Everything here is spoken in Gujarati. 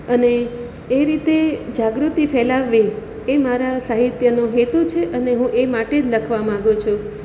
અને એ રીતે જાગૃતિ ફેલાવવી એ મારા સાહિત્યનો હેતુ છે અને હું એ માટે જ લખવા માગું છું